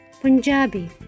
Punjabi